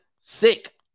sick